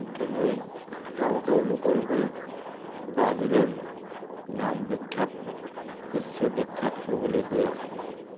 খেলুৱৈ তেওঁলোকে অনুকৰণ কৰি ব্ৰাজিলৰ নাম বিখ্যাত বিশ্ববিখ্যাত হ'বলৈ গৈ আছে